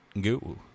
go